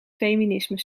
feminisme